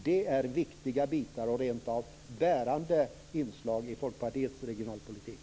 Detta är viktiga och rent av bärande inslag i Folkpartiets regionalpolitik.